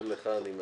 גם לך אני מאחל,